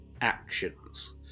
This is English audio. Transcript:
actions